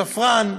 תפרן,